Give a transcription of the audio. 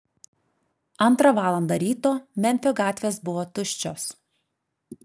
antrą valandą ryto memfio gatvės buvo tuščios